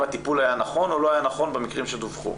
הטיפול היה נכון או לא במקרים שדווחו.